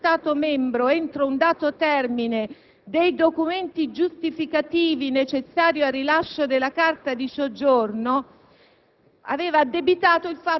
ad un cittadino per non aver prodotto i documenti richiesti per il rilascio di un titolo di soggiorno entro un dato termine.